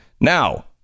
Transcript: Now